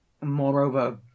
Moreover